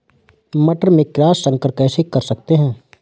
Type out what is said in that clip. मटर में क्रॉस संकर कैसे कर सकते हैं?